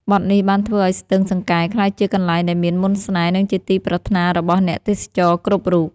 បទនេះបានធ្វើឱ្យស្ទឹងសង្កែក្លាយជាកន្លែងដែលមានមន្តស្នេហ៍ និងជាទីប្រាថ្នារបស់អ្នកទេសចរគ្រប់រូប។